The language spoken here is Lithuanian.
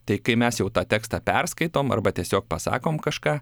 tai kai mes jau tą tekstą perskaitom arba tiesiog pasakom kažką